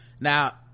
now